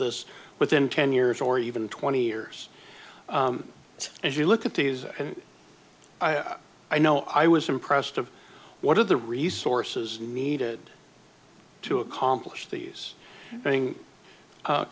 this within ten years or even twenty years so as you look at these and i know i was impressed of what are the resources needed to accomplish these thing